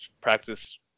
practice